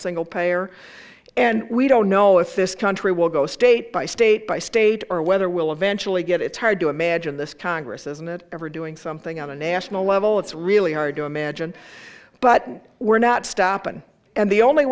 single payer and we don't know if this country will go state by state by state or whether we'll eventually get it's hard to imagine this congress isn't it ever doing something on a national level it's really hard to imagine but we're not stopping and the only